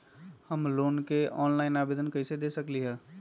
हम लोन के ऑनलाइन आवेदन कईसे दे सकलई ह?